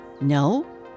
No